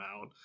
out